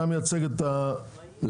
אתה מייצג את ה --- לגמרי.